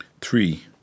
Three